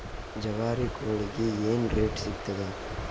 ಜವಾರಿ ಕೋಳಿಗಿ ಏನ್ ರೇಟ್ ಸಿಗ್ತದ?